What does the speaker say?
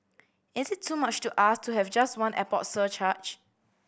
is it too much to ask to have just one airport surcharge